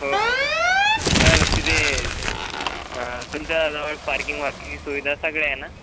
हो हो हो सार तिथे तुमच्याजवळ पार्किंग वार्किंगई सुविधा सगळ्या आहे ना